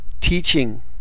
teaching